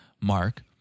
Mark